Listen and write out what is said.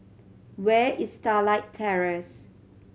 where is Starlight Terrace